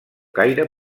caire